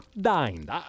Dined